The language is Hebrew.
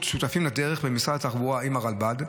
"שותפים לדרך" במשרד התחבורה עם הרלב"ד,